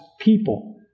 people